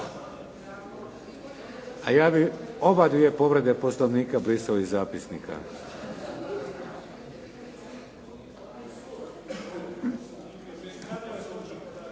A ja bih obadvije povrede Poslovnika brisao iz zapisnika.